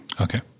Okay